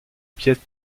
pièces